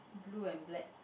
blue and black